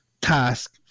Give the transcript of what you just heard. task